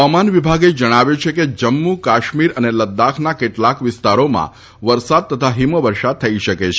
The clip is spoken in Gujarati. હવામાન વિભાગે જણાવ્યું છે કે જમ્મુ કાશ્મીર અને લદ્દાખના કેટલાક વિસ્તારોમાં વરસાદ અથવા હિમવર્ષા થઇ શકે છે